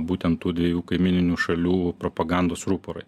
būtent tų dviejų kaimyninių šalių propagandos ruporai